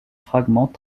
fragments